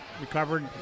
recovered